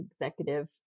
Executive